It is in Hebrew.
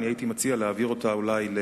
אנחנו לא מצליחים במלחמה הזאת.